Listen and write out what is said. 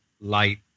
light